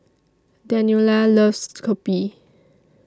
Daniela loves Kopi